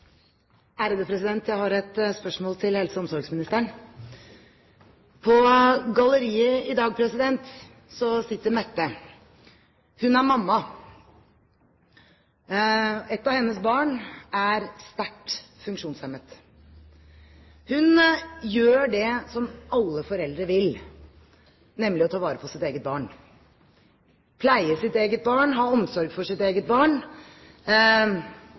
Jeg har et spørsmål til helse- og omsorgsministeren. På galleriet i dag sitter Mette. Hun er mamma. Et av hennes barn er sterkt funksjonshemmet. Hun gjør det som alle foreldre vil, nemlig å ta vare på sitt eget barn, pleie sitt eget barn, ha omsorg for sitt eget barn.